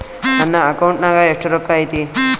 ನನ್ನ ಅಕೌಂಟ್ ನಾಗ ಎಷ್ಟು ರೊಕ್ಕ ಐತಿ?